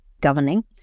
governing